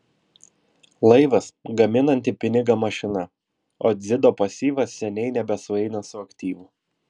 laivas gaminanti pinigą mašina o dzido pasyvas seniai nebesueina su aktyvu